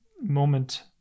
moment